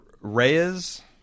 Reyes